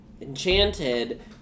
Enchanted